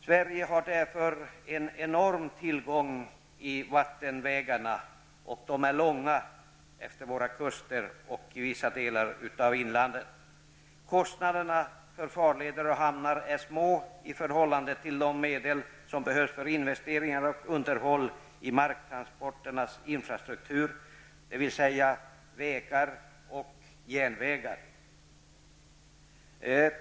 Sverige har därför en enorm tillgång i vattenvägarna, som är långa utefter våra kuster och i vissa delar av landet. Kostnaderna för farleder och hamnar är små i förhållande till de medel som behövs för investeringar och underhåll i marktransporternas infrastruktur, dvs. vägar och järnvägar.